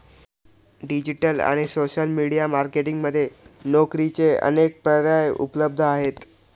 digital आणि social media marketing मध्ये नोकरीचे अनेक पर्याय उपलब्ध आहेत